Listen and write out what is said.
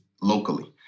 locally